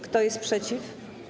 Kto jest przeciw?